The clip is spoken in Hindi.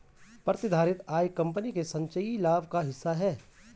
प्रतिधारित आय कंपनी के संचयी लाभ का हिस्सा है